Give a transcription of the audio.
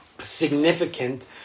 significant